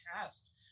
cast